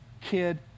kid